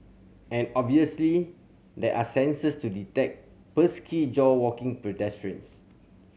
and obviously there are sensors to detect pesky jaywalking pedestrians